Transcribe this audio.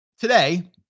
today